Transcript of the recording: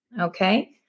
okay